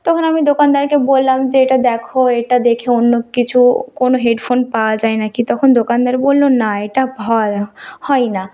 তখন আমি দোকানদারকে বললাম যে এটা দেখো এটা দেখে অন্য কিছু কোনো হেডফোন পাওয়া যায় না কি তখন দোকানদার বলল না এটা হয় না